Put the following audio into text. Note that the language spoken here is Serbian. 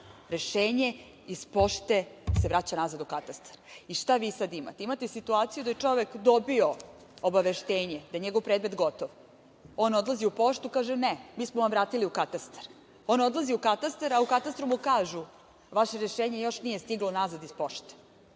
rešenje iz pošte se vraća nazad u katastar. I, šta vi sad imate? Imate situaciju da je čovek dobio obaveštenje da je njegov predmet gotov. On odlazi u poštu i kaže - ne, mi smo vam vratili i katastar. On odlazi u katastar, a u katastru mu kažu - vaše rešenje još nije stiglo nazad iz pošte.